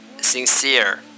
sincere